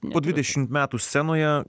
po dvidešimt metų scenoje